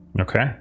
Okay